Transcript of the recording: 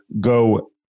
go